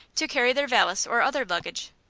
to carry their valise or other luggage.